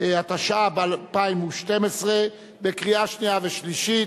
התשע"ב 2012, קריאה שנייה ושלישית.